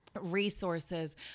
resources